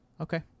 Okay